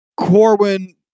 Corwin